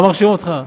אני לא מרשים אותך?